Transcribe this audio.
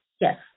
Yes